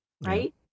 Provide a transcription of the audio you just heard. right